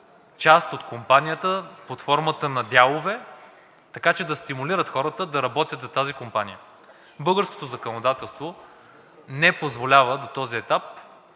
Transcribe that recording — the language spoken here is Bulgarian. част от компанията под формата на дялове, така че да стимулират хората да работят за тази компания. Българското законодателство не позволява до този етап